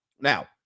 Now